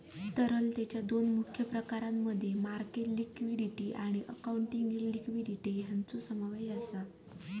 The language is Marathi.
तरलतेच्या दोन मुख्य प्रकारांमध्ये मार्केट लिक्विडिटी आणि अकाउंटिंग लिक्विडिटी यांचो समावेश आसा